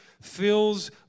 fills